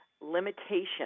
limitation